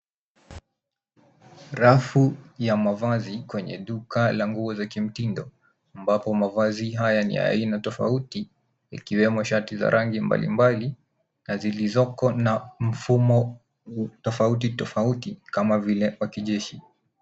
Rafu ya mavazi kwenye duka la nguo za kimtindo ambapo mavazi haya ni ya aina tofauti ikiwemo shati za rangi mbalimbali na zilizoko na mfumo tofauti tofauti kama vile wa kijeshi.